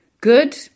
Good